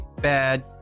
bad